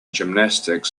gymnastics